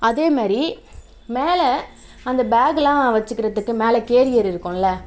அதேமாதிரி மேலே அந்த பேக்கெலாம் வச்சுக்கிறத்துக்கு மேலே கேரியர் இருக்கும்லே